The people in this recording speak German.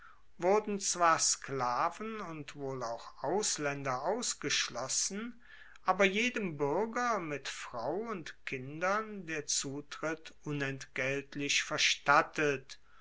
wurden zwar sklaven und wohl auch auslaender ausgeschlossen aber jedem buerger mit frau und kindern der zutritt unentgeltlich verstattet